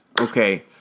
Okay